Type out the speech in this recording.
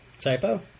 typo